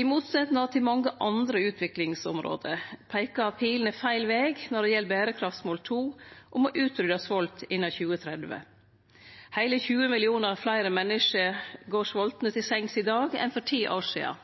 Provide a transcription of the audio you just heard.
I motsetnad til mange andre utviklingsområde peikar pilene feil veg når det gjeld berekraftsmål nr. 2, om å utrydde svolt innan 2030. Heile 20 millionar fleire menneske går svoltne til sengs i dag enn for 10 år sidan,